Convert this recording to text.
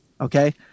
Okay